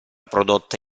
prodotta